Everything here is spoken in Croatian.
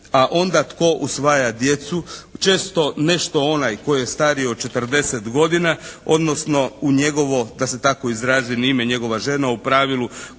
a onda tko usvaja djecu, često nešto onaj tko je stariji od 40 godina, odnosno u njegovo da se tako izrazim, …/Govornik